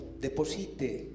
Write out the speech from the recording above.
deposite